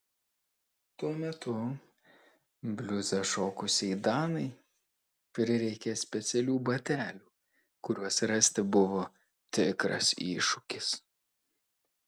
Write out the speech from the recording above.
tuo metu bliuzą šokusiai danai prireikė specialių batelių kuriuos rasti buvo tikras iššūkis